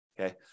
okay